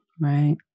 Right